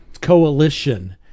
coalition